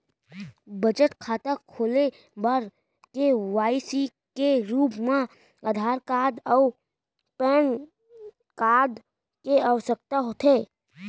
बचत खाता खोले बर के.वाइ.सी के रूप मा आधार कार्ड अऊ पैन कार्ड के आवसकता होथे